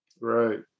right